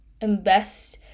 invest